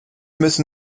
müssen